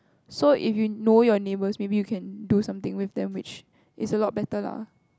so if you know your neighbours maybe you can do something with them which is a lot better lah